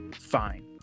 Fine